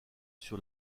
sur